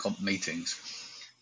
meetings